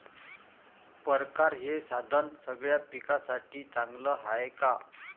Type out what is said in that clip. परकारं हे साधन सगळ्या पिकासाठी चांगलं हाये का?